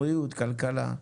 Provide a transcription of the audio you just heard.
בריאות, כלכלה.